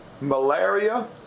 malaria